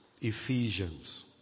Ephesians